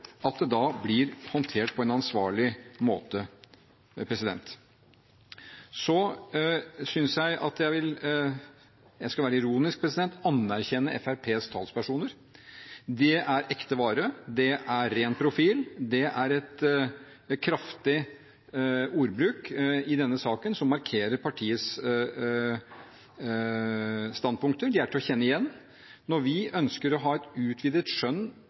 at det blir håndtert på en ansvarlig måte. Så vil jeg – jeg skal være ironisk – anerkjenne Fremskrittspartiets talspersoner. Det er ekte vare, det er ren profil. Det er en kraftig ordbruk i denne saken som markerer partiets standpunkter. De er til å kjenne igjen. Når vi ønsker å ha et utvidet skjønn